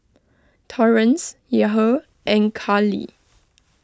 Torrence Yahir and Carly